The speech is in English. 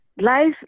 life